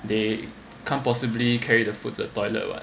they can't possibly carry the food to the toilet [what]